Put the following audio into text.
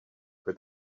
for